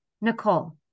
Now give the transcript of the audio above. Nicole